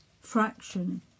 fraction